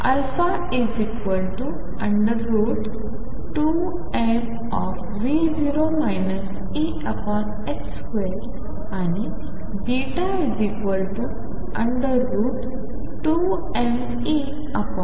α2m2 आणि β2mE2 आणि E 0